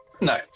no